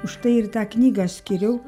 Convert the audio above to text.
užtai ir tą knygą skiriu